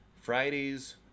Fridays